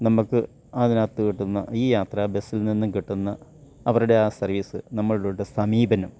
നമുക്ക് അതിനകത്ത് കിട്ടുന്ന ഈ യാത്രാ ബെസ്സിൽ നിന്നും കിട്ടുന്ന അവരുടെയാ സർവ്വീസ് നമ്മൾടോട് സമീപനം